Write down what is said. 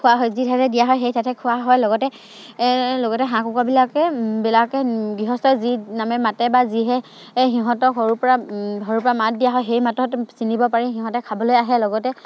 খোৱা হয় যি ঠাইতে দিয়া হয় সেই ঠাইতে খোৱা হয় লগতে লগতে হাঁহ কুকুৰাবিলাকে বিলাকে গৃহস্থই যি নামে মাতে বা যিহে সিহঁতক সৰুৰপৰা সৰুৰপৰা মাত দিয়া হয় সেই মাতত চিনিব পাৰি সিহঁতে খাবলৈ আহে লগতে